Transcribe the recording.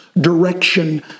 direction